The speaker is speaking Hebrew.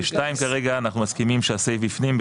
ב-2 כרגע אנחנו מסכימים שהסייף בפנים,